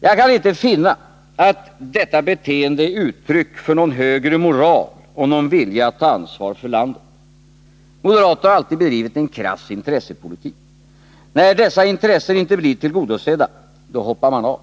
Jag kan inte finna att detta beteende är uttryck för någon högre moral och någon vilja att ta ansvar för landet. Moderaterna har alltid bedrivit en krass intressepolitik. När dessa intressen inte blir tillgodosedda — då hoppar man av.